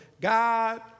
God